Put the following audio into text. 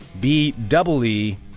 B-double-E